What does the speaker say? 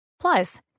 Plus